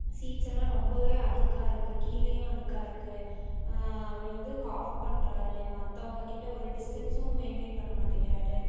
seeds எல்லாம் ரொம்பவே அழுக்காக இருக்குது கீழேயும் அழுக்காக இருக்குது அவர் வந்து காஃப் பண்ணுறாரு மத்தவங்கக்கிட்ட ஒரு டிஸ்டன்ஸும் மெயின்டென் பண்ண மாட்டேங்கிறார்